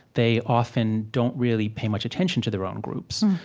they often don't really pay much attention to their own groups.